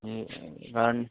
جی